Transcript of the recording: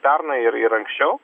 pernai ir ir anksčiau